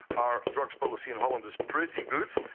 our drugs policy in holland is pretty good,